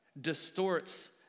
distorts